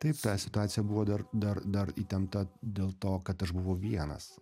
taip ta situacija buvo dar dar dar įtempta dėl to kad aš buvau vienas